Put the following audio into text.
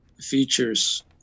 features